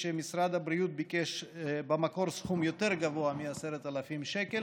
שמשרד הבריאות ביקש במקור סכום יותר גבוה מ-10,000 שקל